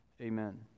Amen